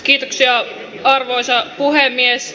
kiitoksia arvoisa puhemies